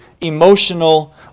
emotional